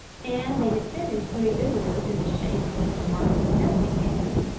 and they had finished when a visitor in the shape of mr. marcus stepney came in.